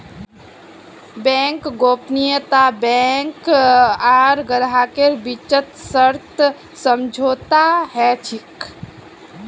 bank गोपनीयता bank आर ग्राहकेर बीचत सशर्त समझौता ह छेक